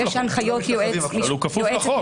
יש הנחיות יועץ --- אבל הוא כפוף לחוק.